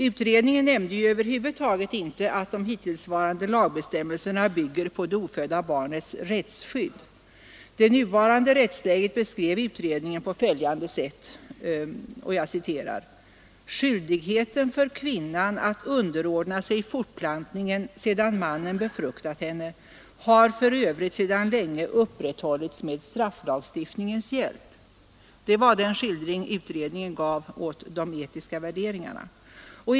Utredningen nämnde över huvud taget inte att de hittillsvarande lagbestämmelserna bygger på det ofödda barnets rättsskydd. Det nuvarande rättsläget beskrev utredningen på följande sätt: ”Skyldigheten för kvinnan att underordna sig fortplantningen sedan mannen befruktat henne har för övrigt sedan länge upprätthållits med strafflagstiftningens hjälp.” Det var den skildring av de etiska värderingarna som utredningen gav.